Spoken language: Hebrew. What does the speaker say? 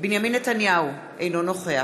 בנימין נתניהו, אינו נוכח